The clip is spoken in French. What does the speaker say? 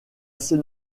assez